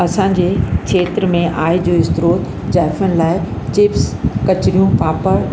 असांजे खेत्र में आय जो स्त्रोत जाइफ़ुनि लाइ चिप्स कचिरियूं पापड़